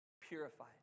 purified